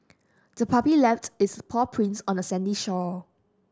the puppy left its paw prints on the sandy shore